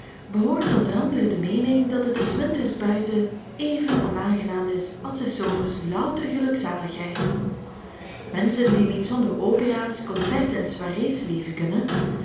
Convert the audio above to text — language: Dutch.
behoort onder anderen de meening dat het des winters buiten even onaangenaam is als des zomers louter gelukzaligheid menschen die niet zonder opera's concerten en soirees leven kunnen